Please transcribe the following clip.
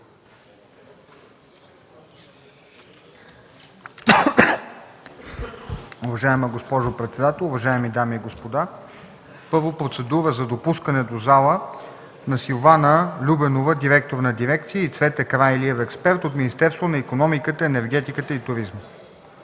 Уважаема госпожо председател, уважаеми дами и господа! Първо, процедура за допускане до залата на Силвана Любенова – директор на дирекция, и Цвета Караилиева – експерт, от Министерството на икономиката, енергетиката и туризма.